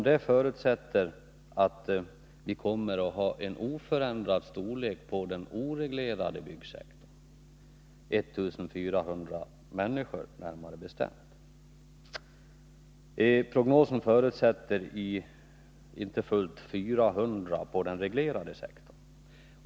Det förutsätts att vi kommer att ha en oförändrad storlek på den oreglerade byggsektorn, närmare bestämt 1400 personer. Prognosen utgår ifrån att det skall finnas inte fullt 400 på den reglerade sektorn.